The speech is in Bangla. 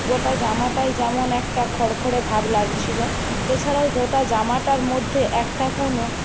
গোটা জামাটায় যেমন একটা খরখরে ভাব লাগছিলো এছাড়াও জামাটার মধ্যে একটা কোনো